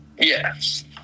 Yes